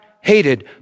hated